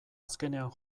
azkenean